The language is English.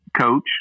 coach